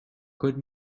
good